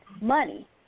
money